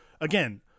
again